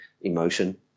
emotion